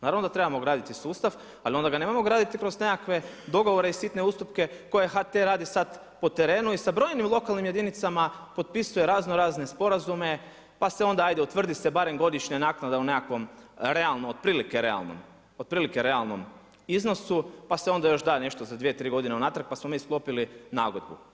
Naravno da trebamo graditi sustav, ali onda ga nemojmo graditi kroz nekakve dogovore i sitne ustupke koje HT radi sad po terenu i sa brojnim lokalnim jedinicama potpisuje raznorazne sporazume, pa se onda ajde utvrdi se barem godišnje naknada u nekakvom otprilike realnom iznosu pa se onda još nešto da za 2, 3 godine unatrag, pa smo mi sklopili nagodbu.